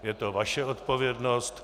Je to vaše odpovědnost.